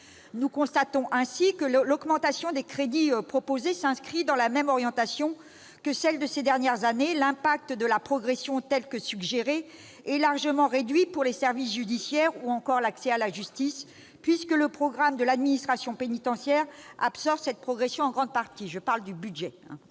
Nous constatons ainsi que l'augmentation des crédits proposée s'inscrit dans la même orientation que celle de ces dernières années : l'impact de cette progression, telle que cela est suggéré, est largement réduit pour les services judiciaires ou l'accès à la justice, puisque le programme de l'administration pénitentiaire l'absorbe en grande partie. Sur la procédure